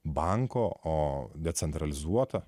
banko o decentralizuota